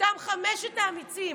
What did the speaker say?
אותם חמשת האמיצים